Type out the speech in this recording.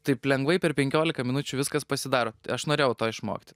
taip lengvai per penkiolika minučių viskas pasidaro aš norėjau to išmokti